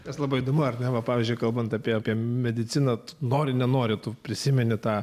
nes labai įdomu ar neva pavyzdžiui kalbant apie mediciną tad nori nenori tu prisimeni tą